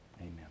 Amen